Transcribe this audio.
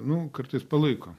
nu kartais palaiko